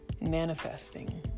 manifesting